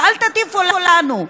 ואל תטיפו לנו.